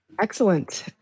Excellent